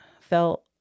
felt